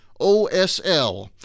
OSL